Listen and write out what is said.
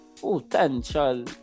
potential